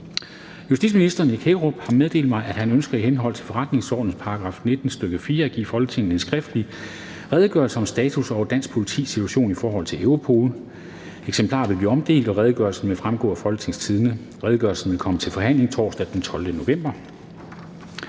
Justitsministeren (Nick Hækkerup) har meddelt mig, at han ønsker i henhold til forretningsordenens § 19, stk. 4, at give Folketinget en skriftlig Redegørelse om status over dansk politis situation i forhold til Europol. (Redegørelse nr. 6). Eksemplarer vil blive omdelt, og redegørelsen vil fremgå af www.folketingstidende.dk. Redegørelsen vil komme til forhandling torsdag den 12. november